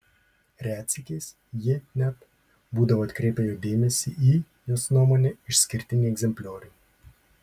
retsykiais ji net būdavo atkreipia jo dėmesį į jos nuomone išskirtinį egzempliorių